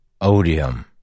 odium